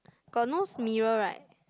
got nose mirror right